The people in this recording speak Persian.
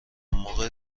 موقع